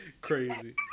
Crazy